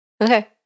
Okay